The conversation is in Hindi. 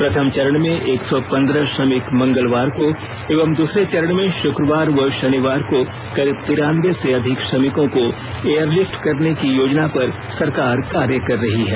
प्रथम चरण में एक सौ पन्द्रह श्रमिक मंगलवार को एवं दूसरे चरण में शुक्रवार व शनिवार को करीब तिरानवे से अधिक श्रमिकों को एयरलिफ्ट करने की योजना पर सरकार कार्य कर रही है